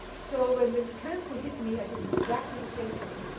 so and the cancer hit me, i did exactly the same thing.